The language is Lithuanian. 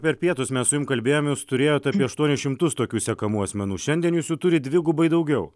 per pietus mes su jum kalbėjome jus turėjote aštuonis šimtus tokių sekamų asmenų šiandien jus jų turit dvigubai daugiau